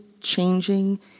changing